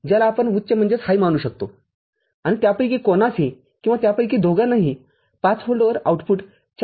ज्याला आपण उच्च मानू शकतो आणि त्यापैकी कोणासही किंवा त्यापैकी दोघांनाही ५ व्होल्टवर आउटपुट ४